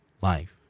life